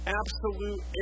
absolute